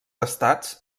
estats